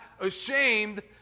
ashamed